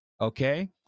Okay